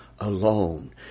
Alone